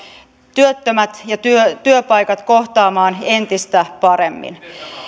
työttömät ja työpaikat kohtaamaan entistä paremmin